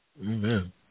Amen